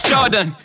Jordan